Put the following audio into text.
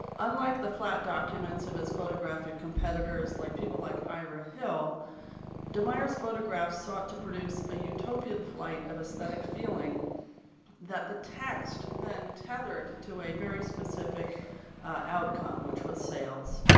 unlike the flat documents of his photographic competitors like people like ira hill de meyer's photographs sought to produce a utopian flight of aesthetic feeling that the text then tethered to a very specific outcome which was sales.